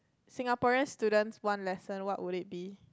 Singaporeans students one lesson what would it be